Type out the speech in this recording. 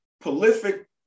prolific